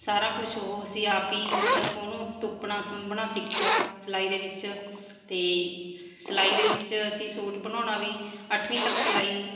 ਸਾਰਾ ਕੁਛ ਉਹ ਅਸੀਂ ਆਪ ਹੀ ਮਤਲਬ ਉਹਨੂੰ ਧੁੱਪਣਾ ਸੁੰਬਣਾ ਸਿੱਖਿਆ ਸਿਲਾਈ ਦੇ ਵਿੱਚ ਅਤੇ ਸਿਲਾਈ ਦੇ ਵਿੱਚ ਅਸੀਂ ਸੂਟ ਬਣਾਉਣਾ ਵੀ ਅੱਠਵੀਂ ਤੱਕ ਸਿਲਾਈ